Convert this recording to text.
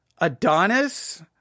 Adonis